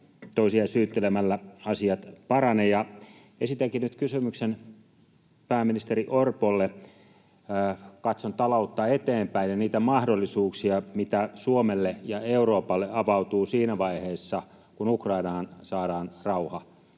toisia syyttelemällä asiat parane. Esitänkin nyt kysymyksen pääministeri Orpolle. Katson taloutta eteenpäin ja niitä mahdollisuuksia, mitä Suomelle ja Euroopalle avautuu siinä vaiheessa, kun Ukrainaan saadaan rauha.